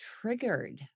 triggered